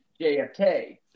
JFK